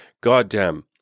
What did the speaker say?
goddamn